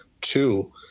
Two